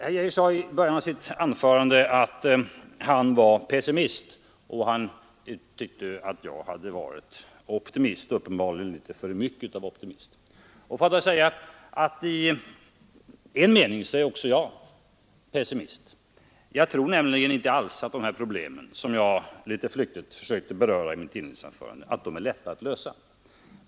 Herr Geijer sade att han var pessimist, och han tyckte att jag varit optimist — uppenbarligen litet för mycket av optimist. Låt mig då säga att i en mening är också jag pessimist. Jag tror nämligen inte alls att u-ländernas problemen är lätta att lösa.